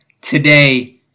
today